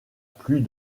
plus